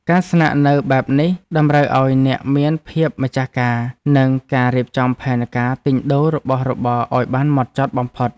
ការស្នាក់នៅបែបនេះតម្រូវឱ្យអ្នកមានភាពម្ចាស់ការនិងការរៀបចំផែនការទិញដូររបស់របរឱ្យបានម៉ត់ចត់បំផុត។